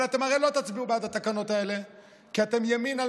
אבל אתם הרי לא תצביעו בעד התקנות האלה כי אתם ימין על